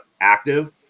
active